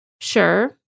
Sure